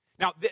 Now